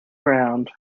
ground